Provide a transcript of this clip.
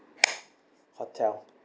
hotel